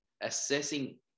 assessing